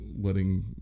letting